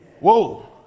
Whoa